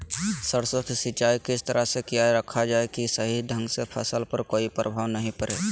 सरसों के सिंचाई किस तरह से किया रखा जाए कि सही ढंग से फसल पर कोई प्रभाव नहीं पड़े?